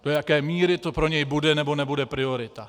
Do jaké míry to pro něj bude nebo nebude priorita.